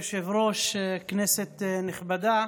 אדוני היושב-ראש, כנסת נכבדה,